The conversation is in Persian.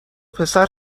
پسر